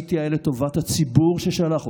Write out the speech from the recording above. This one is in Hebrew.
ועשיתי היה לטובת הציבור ששלח אותי.